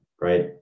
right